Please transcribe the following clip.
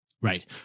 Right